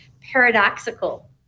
paradoxical